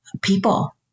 people